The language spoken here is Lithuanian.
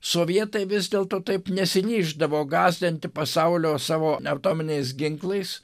sovietai vis dėlto taip nesryždavo gąsdinti pasaulio savo atominiais ginklais